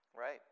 Right